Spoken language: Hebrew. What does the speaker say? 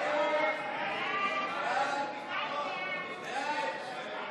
הצעת סיעות ש"ס